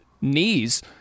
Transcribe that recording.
knees